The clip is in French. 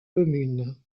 communes